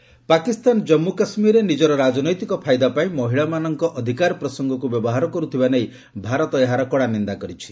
India Pak Pakistan Jammu କାଶ୍କୀରରେ ନିଜର ରାଜନୈତିକ ଫାଇଦା ପାଇଁ ମହିଳାମାନଙ୍କ ଅଧିକାର ପ୍ରସଙ୍ଗକ୍ତ ବ୍ୟବହାର କର୍ତ୍ଥବା ନେଇ ଭାରତ ଏହାର କଡ଼ା ନିନ୍ଦା କରିଛି